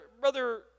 brother